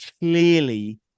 clearly